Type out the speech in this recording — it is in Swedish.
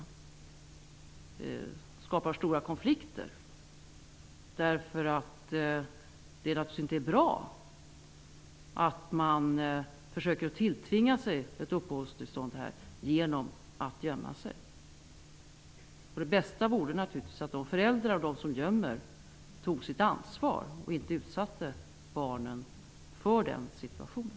Den skapar stora konflikter. Det är naturligtvis inte bra att fösöka tilltvinga sig ett uppehållstillstånd genom att gömma sig. Det bästa vore naturligtvis om de föräldrar och de människor som gömmer barn tog sitt ansvar och inte utsatte barnen för den situationen.